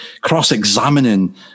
cross-examining